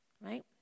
Right